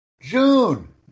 June